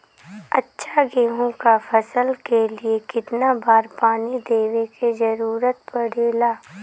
अच्छा गेहूँ क फसल के लिए कितना बार पानी देवे क जरूरत पड़ेला?